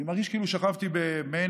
אני מרגיש כאילו שכבתי במעין